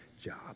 job